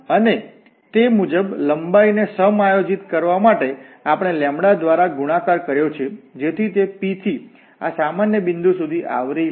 અને તે મુજબ લંબાઈને સમાયોજિત કરવા માટે આપણે દ્વારા ગુણાકાર કર્યો છે જેથી તે P થી આ સામાન્ય બિંદુ સુધી આવરી લે